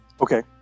Okay